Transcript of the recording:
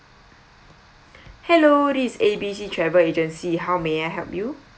hello is A B C travel agency how may I help you